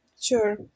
Sure